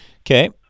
Okay